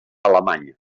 alemanya